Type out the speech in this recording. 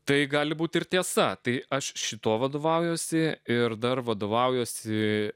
tai gali būti ir tiesa tai aš šituo vadovaujuosi ir dar vadovaujuosi